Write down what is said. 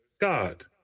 God